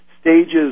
stages